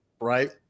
right